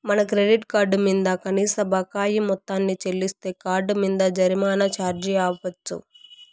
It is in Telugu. మన క్రెడిట్ కార్డు మింద కనీస బకాయి మొత్తాన్ని చెల్లిస్తే కార్డ్ మింద జరిమానా ఛార్జీ ఆపచ్చు